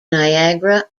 niagara